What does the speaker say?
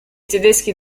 tedeschi